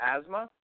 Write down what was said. asthma